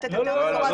לא.